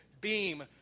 beam